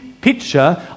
picture